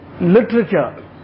literature